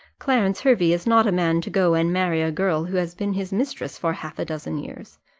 clarence hervey is not a man to go and marry a girl who has been his mistress for half a dozen years.